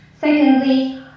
Secondly